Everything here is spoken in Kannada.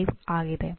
5 ಆಗಿದೆ